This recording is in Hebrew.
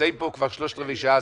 נמצאים פה כבר שלושת רביעי שעה,